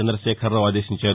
చందశేఖరరావు ఆదేశించారు